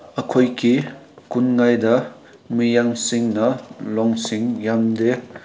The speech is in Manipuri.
ꯑꯩꯈꯣꯏꯀꯤ ꯈꯨꯟꯉꯩꯗ ꯃꯤꯌꯥꯝꯁꯤꯡꯅ ꯂꯣꯟꯁꯤꯡ ꯌꯥꯝꯗꯦ